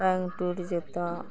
टाँग टूटि जतऽ